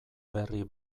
berri